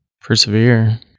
persevere